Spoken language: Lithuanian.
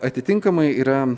atitinkamai yra